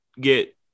get